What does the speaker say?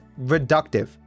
reductive